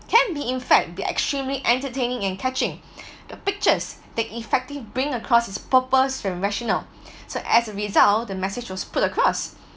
can be in fact be extremely entertaining and catching the pictures that effective bring across its purpose from rational so as a result the message was put across